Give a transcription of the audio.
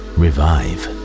revive